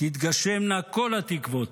תתגשמנה כל התקוות.